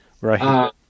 right